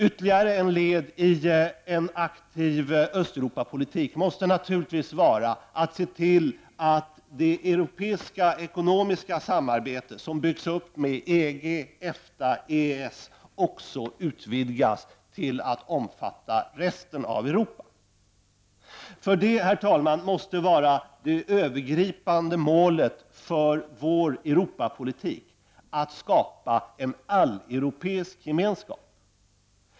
Ytterligare ett led i en aktiv Östeuropapolitik måste naturligtvis vara att se till att det europeiska ekonomiska samarbete som byggs upp med EG, EFTA och EES också utvidgas till att omfatta resten av Europa. Det övergripande målet för vår Europapolitik måste vara att skapa en alleuropeisk gemenskap.